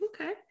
Okay